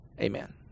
amen